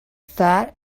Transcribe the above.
thought